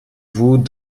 vous